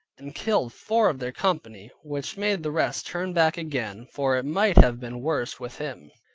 and killed four of their company, which made the rest turn back again, for it might have been worse with him,